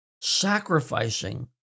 sacrificing